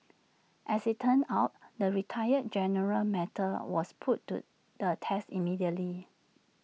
as IT turned out the retired general's mettle was put to the test immediately